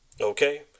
Okay